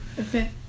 Okay